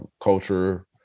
culture